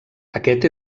aquest